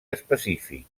específic